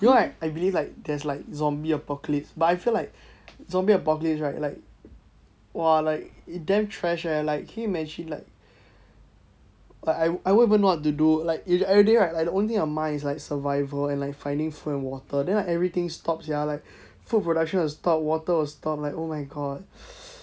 you know right I believe like there is like zombie apocalypse but I feel like zombie apocalypse right like !wah! like damn trash eh like can you imagine like like I I won't even know what to do like everyday right the only in your mind it's like survival and like finding food and water then like everything stop [sial] like food production will stop water will stop like oh my god